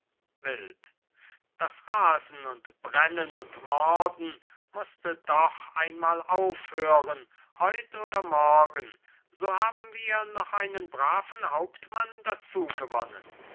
wild das rasen und brennen und morden mußte doch einmal aufhören heut oder morgen so haben wir noch einen braven hauptmann dazu gewonnen